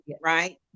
right